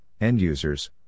end-users